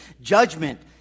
judgment